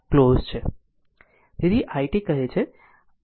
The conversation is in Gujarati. આ ક્લોઝ છે